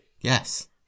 Yes